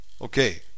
Okay